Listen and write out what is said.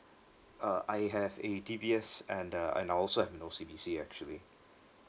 uh I have a D_B_S and uh and I also have an O_C_B_C actually